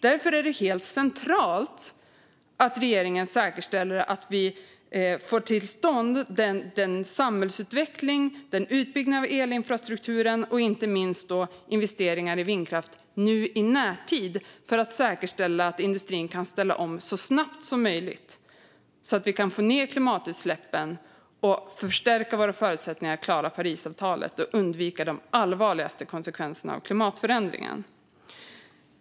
Det är därför helt centralt att regeringen säkerställer att vi får till stånd en samhällsutveckling med utbyggnad av elinfrastruktur och, inte minst, investeringar i vindkraft i närtid för att säkerställa att industrin kan ställa om så snabbt som möjligt så att vi kan få ned klimatutsläppen och stärka våra förutsättningar att klara Parisavtalet och undvika de allvarligaste konsekvenserna av klimatförändringen.